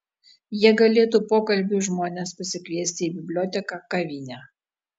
jie galėtų pokalbiui žmones pasikviesti į biblioteką kavinę